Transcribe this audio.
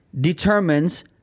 determines